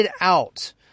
out